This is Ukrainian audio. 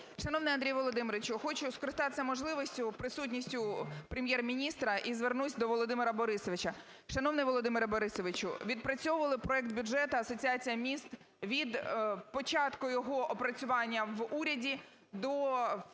Шановний Андрію Володимировичу, хочу скористатися можливістю, присутністю Прем’єр-міністра і звернусь до Володимира Борисовича. Шановний Володимире Борисовичу, відпрацьовували проект бюджету Асоціація міст від початку його опрацювання в уряді до